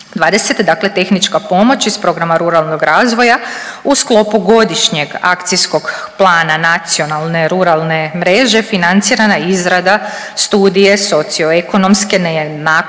20, dakle tehnička pomoć iz programa ruralnog razvoja u sklopu godišnjeg akcijskog plana nacionalne ruralne mreže financirana izrada studije socioekonomske nejednakosti